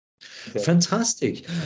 fantastic